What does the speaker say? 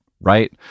right